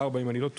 אם אני לא טועה,